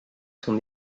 son